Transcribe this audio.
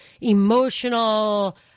emotional